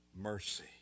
mercy